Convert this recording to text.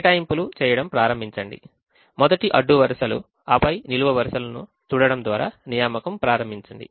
కేటాయింపులు చేయడం ప్రారంభించండి మొదట అడ్డు వరుసలు ఆపై నిలువు వరుసలను చూడటం ద్వారా నియామకం ప్రారంభించండి